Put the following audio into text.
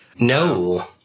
No